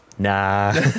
nah